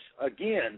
again